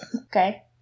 Okay